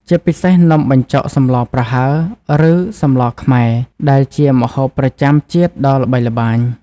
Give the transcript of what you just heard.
ជាពិសេសនំបញ្ចុកសម្លរប្រហើរ ឬសម្លរខ្មែរដែលជាម្ហូបប្រចាំជាតិដ៏ល្បីល្បាញ ។